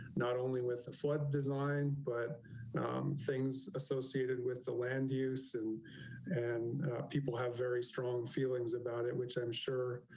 not only with the flood design, but things associated with the land use so and and people have very strong feelings about it, which i'm sure